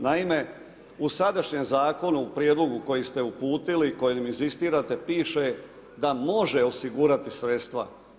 Naime u sadašnjem zakonu u prijedlogu koji ste uputili kojim inzistirate piše da može osigurati sredstva.